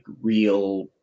real